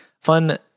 Fun